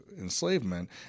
enslavement